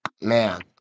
man